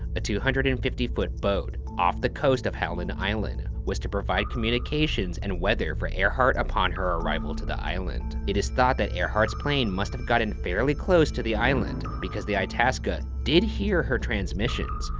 a two hundred and fifty foot boat off the coast of howland island was to provide communications and weather for earhart upon her arrival to the island. it is thought that earhart's plane must have gotten fairly close to the island, because the itasca did hear her transmissions,